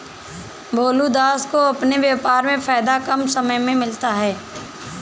भोलू दास को अपने व्यापार में फायदा कम समय में मिलता है